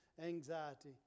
anxiety